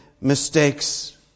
mistakes